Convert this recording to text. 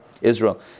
Israel